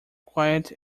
quiet